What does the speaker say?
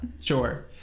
sure